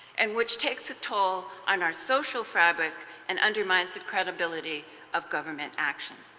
and which takes a toll on our social fabric and undermines the credibility of government action.